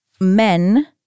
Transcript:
men